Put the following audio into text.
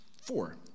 four